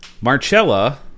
marcella